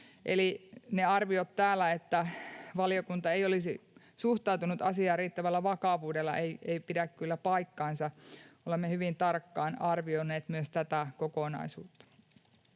Eli ne arviot täällä, että valiokunta ei olisi suhtautunut asiaan riittävällä vakavuudella, eivät kyllä pidä paikkaansa. Olemme hyvin tarkkaan arvioineet myös tätä kokonaisuutta.